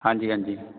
ਹਾਂਜੀ ਹਾਂਜੀ